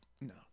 No